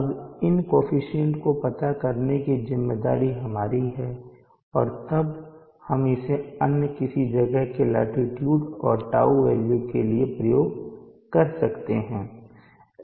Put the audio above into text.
अब इन कोअफिशन्ट को पता करने की ज़िम्मेदारी हमारी है और तब हम इसे किसी अन्य जगह के लाटीट्यूड और τ वेल्यू के लिए प्रयोग कर सकते हैं